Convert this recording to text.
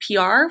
pr